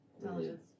Intelligence